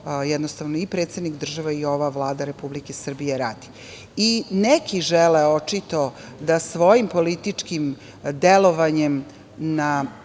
jednostavno i predsednik države i ova Vlada Republike Srbije radi. Neki želi očito da svojim političkim delovanjem na